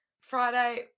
Friday